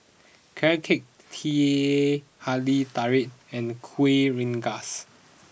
Carrot Cake Teh Halia Tarik and Kueh Rengas